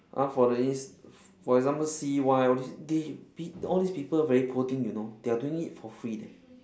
!huh! for the ins~ for example C_Y all these they they all these people very poor thing you know they are doing it for free leh